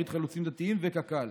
ברית חלוצים דתיים וקק"ל.